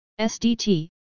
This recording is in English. SDT